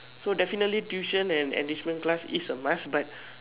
so definitely tuition and enrichment class is a must but